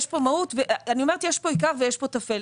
יש פה עיקר ויש פה תפל.